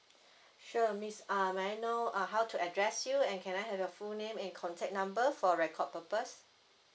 sure miss uh may I know uh how to address you and can I have your full name and contact number for record purpose